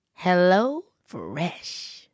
HelloFresh